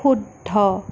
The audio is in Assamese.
শুদ্ধ